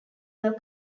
were